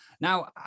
Now